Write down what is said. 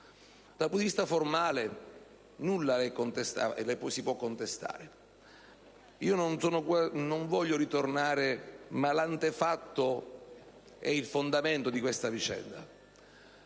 dal punto di vista formale nulla si può contestare. Non voglio tornare indietro, ma l'antefatto è il fondamento di questa vicenda.